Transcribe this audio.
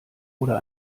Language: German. oder